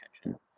attention